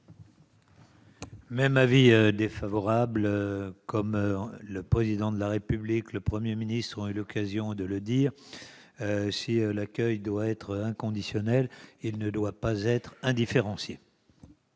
Même avis défavorable. Comme le Président de la République et le Premier ministre ont eu l'occasion de le dire, si l'accueil doit être inconditionnel, il ne doit pas être indifférencié.